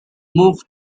move